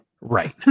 Right